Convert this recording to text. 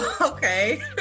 okay